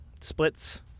splits